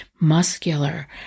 Muscular